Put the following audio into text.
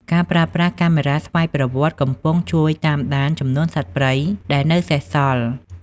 ការប្រើប្រាស់កាមេរ៉ាស្វ័យប្រវត្តិកំពុងជួយតាមដានចំនួនសត្វព្រៃដែលនៅសេសសល់។